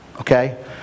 okay